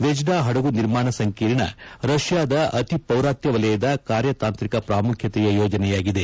ವೆಜ್ಡಾ ಹಡಗು ನಿರ್ಮಾಣ ಸಂಕೀರ್ಣ ರಷ್ಯಾದ ಅತೀ ಪೌರಾತ್ಯ ವಲಯದ ಕಾರ್ಯತಾಂತ್ರಿಕ ಪ್ರಾಮುಖ್ಯತೆಯ ಯೋಜನೆಯಾಗಿದೆ